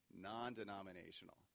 Non-denominational